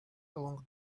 along